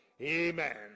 Amen